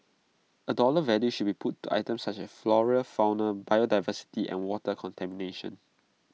A dollar value should be put to items such as flora fauna biodiversity and water contamination